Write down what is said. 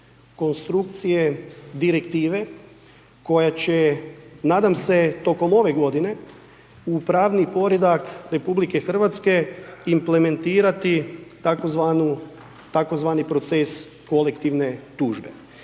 konstrukcije direktive koja će nadam se tokom ove godine u pravni poredak RH implementirati tzv. proces kolektivne tužbe.